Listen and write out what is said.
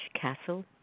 Castle